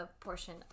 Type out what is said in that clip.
portion